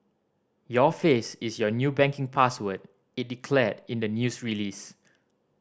your face is your new banking password it declared in the news release